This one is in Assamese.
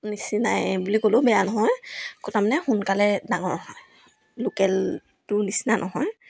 নিচিনাই বুলি ক'লেও বেয়া নহয় তাৰমানে সোনকালে ডাঙৰ হয় লোকেলটোৰ নিচিনা নহয়